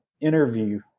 interview